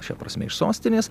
šia prasme iš sostinės